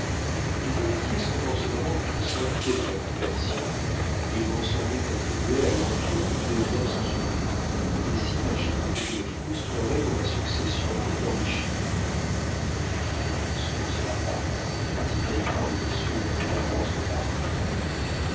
mes héritiers sont en ce moment tous inquiets de ma conversion ils l'ont sans doute attribuée à l'empire que tu exerces sur moi et s'imaginent que je les frustrerai de ma succession pour t'enrichir mais ce ne sera pas dit naïvement ursule en regardant son parrain